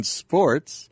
sports